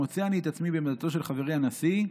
מוצא אני את עצמי בעמדתו של חברי הנשיא,